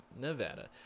Nevada